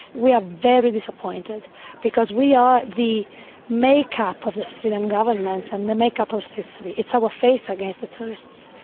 we are very disappointed because we are the make-up of the sicilian government and the make-up of sicily, it's our face against the tourists.